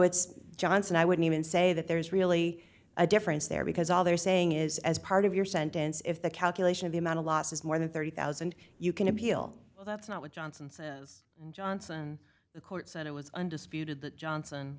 it's johnson i wouldn't even say that there is really a difference there because all they're saying is as part of your sentence if the calculation of the amount of loss is more than thirty thousand you can appeal well that's not what johnson says and johnson the court said it was undisputed th